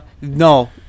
No